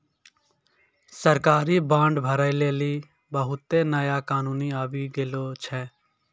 सरकारी बांड भरै लेली बहुते नया कानून आबि गेलो छै